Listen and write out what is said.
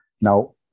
Now